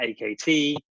AKT